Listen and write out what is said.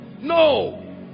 No